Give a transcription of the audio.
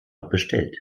bestellt